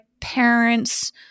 parents